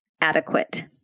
adequate